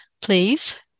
please